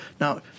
Now